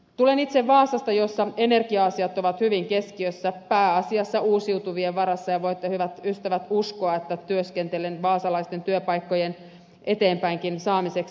tulen itse vaasasta jossa energia asiat ovat hyvin keskiössä pääasiassa uusiutuvien varassa ja voitte hyvät ystävät uskoa että työskentelen vaasalaisten työpaikkojen eteenpäinkin saamiseksi